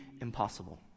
impossible